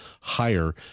higher